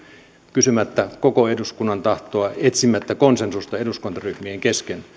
kysymättä koko eduskunnan tahtoa etsimättä konsensusta eduskuntaryhmien kesken